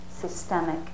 systemic